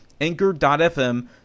Anchor.fm